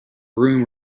room